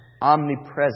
omnipresent